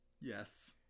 Yes